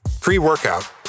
Pre-workout